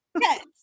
yes